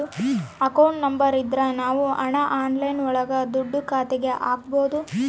account number ಇದ್ರ ನಾವ್ ಹಣ ಆನ್ಲೈನ್ ಒಳಗ ದುಡ್ಡ ಖಾತೆಗೆ ಹಕ್ಬೋದು